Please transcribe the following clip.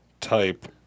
type